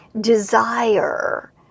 desire